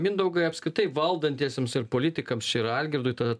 mindaugai apskritai valdantiesiems ir politikams čia ir algirdui tada